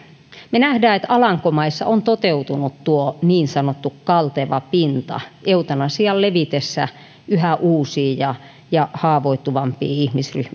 me näemme että alankomaissa on toteutunut tuo niin sanottu kalteva pinta eutanasian levitessä yhä uusiin ja ja haavoittuvampiin ihmisryhmiin